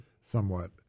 somewhat